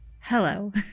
Hello